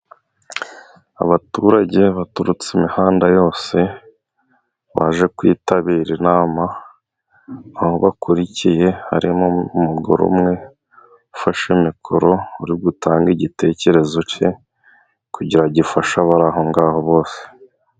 Abaturage baturutse imihanda yose baje kwitabira inama, aho bakurikiye harimo umugore umwe ufashe mikoro uri gutanga igitekerezo cye kugira gifashe abari aho ngaho bose.